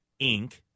Inc